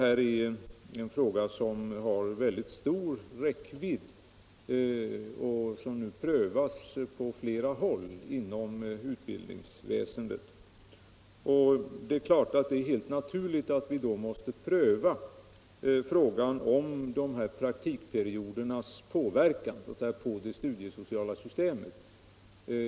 Detta är en fråga som har mycket stor räckvidd och som nu prövas på flera håll inom utbildningsväsendet. Det är helt naturligt att vi då måste pröva frågan om de här praktikperiodernas inverkan på det studiesociala systemet.